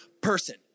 person